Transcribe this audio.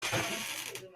sürdü